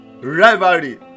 rivalry